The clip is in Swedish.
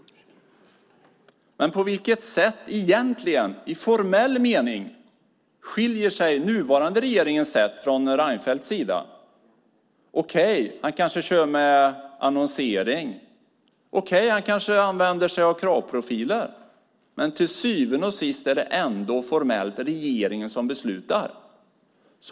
Men på vilket sätt i formell mening skiljer sig det från den nuvarande regeringens sätt från Reinfeldts sida? Okej, han kanske kör med annonsering. Han kanske använder sig av kravprofiler. Men till syvende och sist är det ändå formellt regeringen som beslutar.